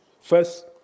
First